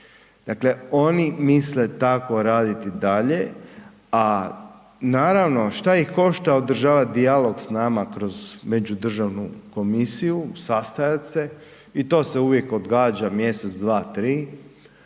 Dakle oni misle tako raditi dalje a naravno šta ih košta održavati dijalog s nama kroz međudržavnu komisiju, sastajati se i to se uvijek odgađa mjesec, dva, tri,